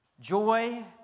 Joy